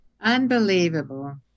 Unbelievable